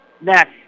next